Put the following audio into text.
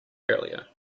earlier